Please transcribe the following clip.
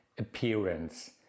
appearance